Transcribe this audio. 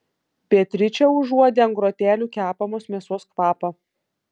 beatričė užuodė ant grotelių kepamos mėsos kvapą